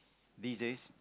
these days